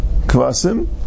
Kvasim